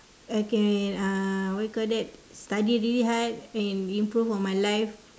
I can uh what you call that study really hard and improve on my life